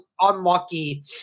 unlucky